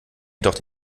jedoch